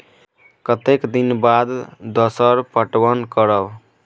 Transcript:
कतेक दिन के बाद दोसर पटवन करब?